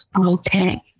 Okay